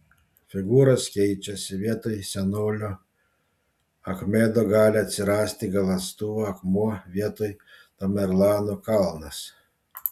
figūros keičiasi vietoj senolio achmedo gali atsirasti galąstuvo akmuo vietoj tamerlano kalnas